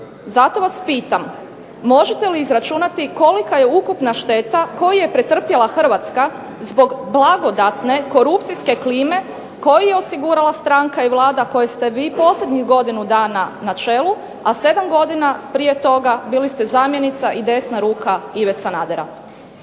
zato vas pitam možete li izračunati kolika je ukupna šteta koju je pretrpjela Hrvatska zbog blagodatne korupcijske klime koju je osigurala stranka i Vlada kojoj ste vi posljednjih godinu dana na čelu, a 7 godina prije toga bili ste zamjenica i desna ruka Ive Sanadera.